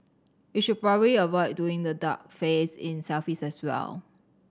you should probably avoid doing the duck face in selfies as well